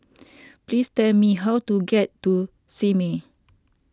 please tell me how to get to Simei